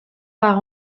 par